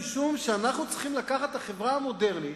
משום שאנחנו צריכים לקחת את החברה המודרנית,